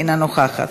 אינה נוכחת,